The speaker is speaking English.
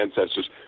ancestors